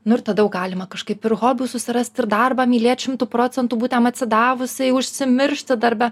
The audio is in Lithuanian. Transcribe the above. nu ir tada jau galima kažkaip ir hobių susirast ir darbą mylėt šimtu procentų būt jam atsidavus užsimiršti darbe